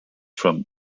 from